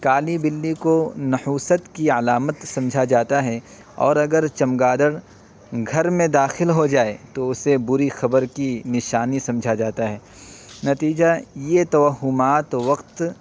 کالی بلی کو نحوست کی علامت سمجھا جاتا ہے اور اگر چمگادڑ گھر میں داخل ہو جائے تو اسے بری خبر کی نشانی سمجھا جاتا ہے نتیجہ یہ توہمات وقت